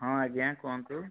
ହଁ ଆଜ୍ଞା କୁହନ୍ତୁ